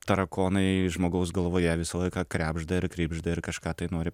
tarakonai žmogaus galvoje visą laiką krebžda ir kribžda ir kažką tai nori